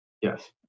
Yes